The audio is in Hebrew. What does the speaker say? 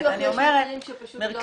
שוב,